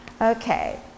Okay